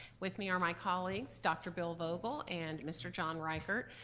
with me are my colleagues, dr. bill vogel and mr. john riegert.